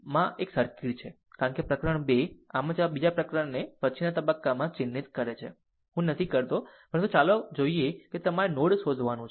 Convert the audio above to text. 2 માં એક સર્કિટ છે કારણ કે પ્રકરણ 2 આમ જ બીજા પ્રકરણને પછીના તબક્કામાં ચિહ્નિત કરે છે હું નથી કરતો પરંતુ ચાલો જોઈએ કે તમારે નોડ શોધવાનું છે